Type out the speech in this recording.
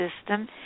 system